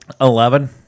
Eleven